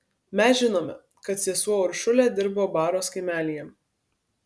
mes žinome kad sesuo uršulė dirbo baros kaimelyje